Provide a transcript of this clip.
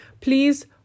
Please